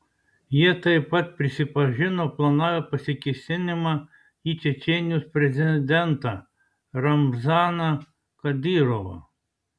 jie taip pat prisipažino planavę pasikėsinimą į čečėnijos prezidentą ramzaną kadyrovą